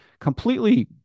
completely